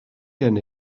gen